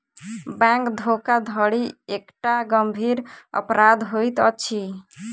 bank धोखाधड़ी एकटा गंभीर अपराध होइत अछि